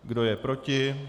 Kdo je proti?